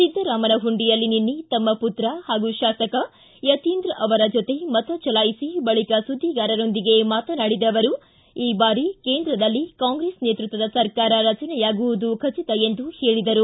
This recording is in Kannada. ಸಿದ್ದರಾಮನಹುಂಡಿಯಲ್ಲಿ ನಿನ್ನೆ ತಮ್ಮ ಪುತ್ರ ಹಾಗೂ ಶಾಸಕ ಯತೀಂದ್ರ ಅವರ ಜೊತೆ ಮತಚಲಾಯಿಸಿ ಬಳಿಕ ಸುದ್ದಿಗಾರರೊಂದಿಗೆ ಮಾತನಾಡಿದ ಅವರು ಈ ಬಾರಿ ಕೇಂದ್ರದಲ್ಲಿ ಕಾಂಗ್ರೆಸ್ ನೇತೃತ್ವದ ಸರ್ಕಾರ ರಚನೆಯಾಗುವುದು ಖಚಿತ ಎಂದು ಹೇಳಿದರು